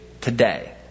today